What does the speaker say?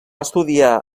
estudiar